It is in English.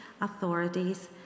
authorities